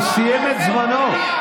הוא סיים את זמנו.